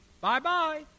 bye-bye